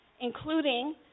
including